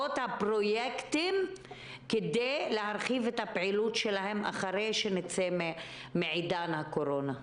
הפרויקטים כדי להרחיב את הפעילות שלהם אחרי שנצא מעידן הקורונה?